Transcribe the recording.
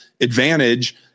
advantage